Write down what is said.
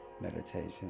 meditation